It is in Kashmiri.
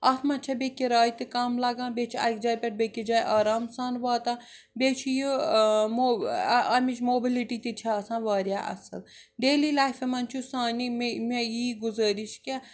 اَتھ منٛز چھےٚ بیٚیہِ کِراے تہِ کم لگان بیٚیہِ چھِ اَکہِ جایہِ پٮ۪ٹھ بیٚیِس جایہِ آرام سان واتان بیٚیہِ چھُ یہِ مو اَمِچ موبیلٹی تہِ چھےٚ آسان واریاہ اَصٕل ڈیلی لایفہِ منٛز چھُ سانہِ میٚے مےٚ یی گُذٲرش کہِ